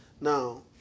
Now